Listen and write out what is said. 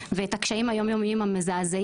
אחרי סטאז'